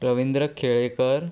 Ravindra Kelekar